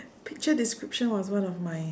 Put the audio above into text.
picture description was one of my